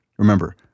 Remember